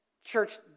Church